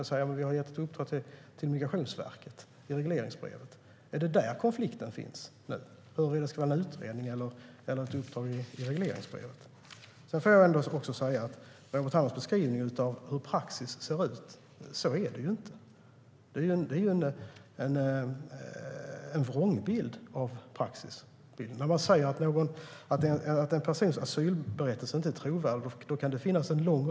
Men vi har ju gett ett uppdrag till Migrationsverket i regleringsbrevet. Är konflikten nu om huruvida det ska vara en utredning eller ett uppdrag i regleringsbrevet? Robert Hannahs beskrivning av praxis stämmer inte. Det är en vrångbild av praxis. Det kan finnas en lång rad skäl till att en persons asylberättelse inte är trovärdig.